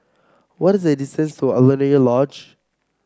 what the distance to Alaunia Lodge